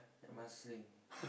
at Marsiling